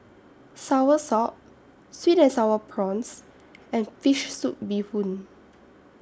Soursop Sweet and Sour Prawns and Fish Soup Bee Hoon